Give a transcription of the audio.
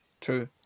true